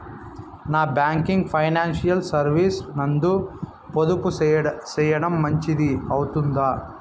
Non banking financial services నందు పొదుపు సేయడం మంచిది అవుతుందా?